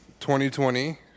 2020